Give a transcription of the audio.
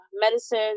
medicine